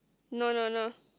no no no